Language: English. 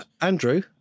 Andrew